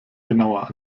genauer